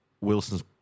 Wilson's